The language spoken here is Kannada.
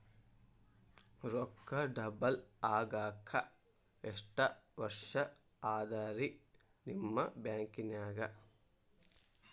ರೊಕ್ಕ ಡಬಲ್ ಆಗಾಕ ಎಷ್ಟ ವರ್ಷಾ ಅದ ರಿ ನಿಮ್ಮ ಬ್ಯಾಂಕಿನ್ಯಾಗ?